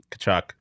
Kachuk